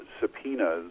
subpoenas